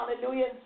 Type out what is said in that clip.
hallelujah